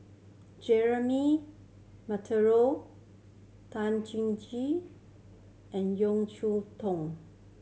Jeremy Monteiro Tan and Cheow Tong